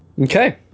Okay